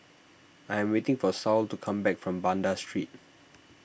I am waiting for Saul to come back from Banda Street